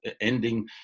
ending